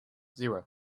zero